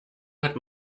hat